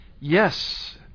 Yes